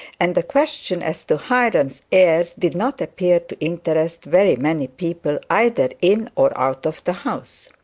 and the question as to hiram's heirs did not appear to interest very many people either in or out of the house.